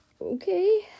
okay